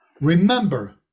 remember